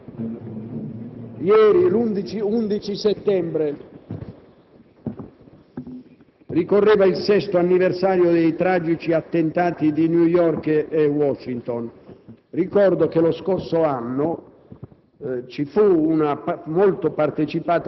Onorevoli colleghi, ieri, 11 settembre, ricorreva il 6° anniversario degli attentati di New York e Washington. Ricordo che lo scorso anno